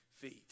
feet